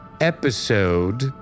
episode